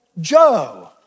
Joe